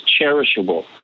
cherishable